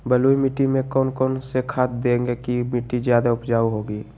बलुई मिट्टी में कौन कौन से खाद देगें की मिट्टी ज्यादा उपजाऊ होगी?